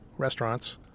restaurants